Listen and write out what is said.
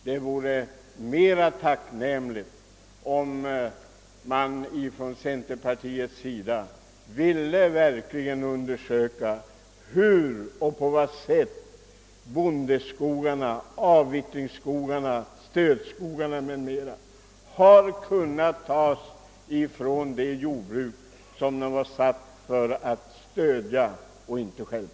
Det vore mera tacknämligt, om man ifrån centerpartiets sida verkligen ville undersöka på vad sätt bondeskogarna, avvittringsskogarna, stödskogarna m.m. har kunnats tas ifrån de jordbruk som de var avsedda att stödja och inte stjälpa.